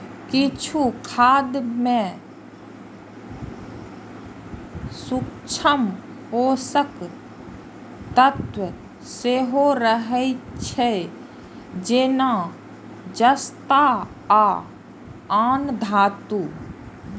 किछु खाद मे सूक्ष्म पोषक तत्व सेहो रहै छै, जेना जस्ता आ आन धातु